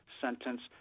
sentence